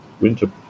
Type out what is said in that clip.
winter